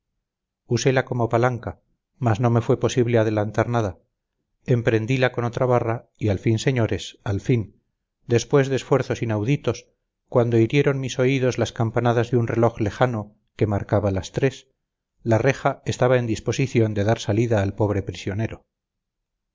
usela como palanca mas no me fue posible adelantar nada emprendila con otra barra y al fin señores al fin después de esfuerzos inauditos cuando hirieron mis oídos las campanadas de un reloj lejano que marcaba las tres la reja estaba en disposición de dar salida al pobre prisionero